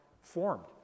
formed